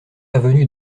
avenue